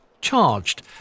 charged